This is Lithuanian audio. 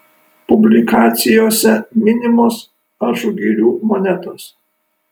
publikacijose minimos ažugirių monetos